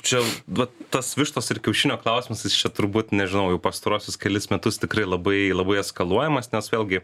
čia na tas vištos ir kiaušinio klausimas jis čia turbūt nežinau jau pastaruosius kelis metus tikrai labai labai eskaluojamas nes vėlgi